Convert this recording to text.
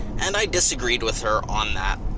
and i disagreed with her on that.